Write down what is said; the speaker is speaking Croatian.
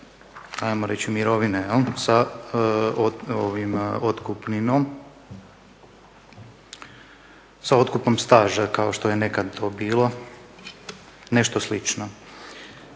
hajmo reći mirovine sa otkupninom, sa otkupom staža kao što je to nekad bilo, nešto slično.